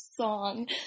song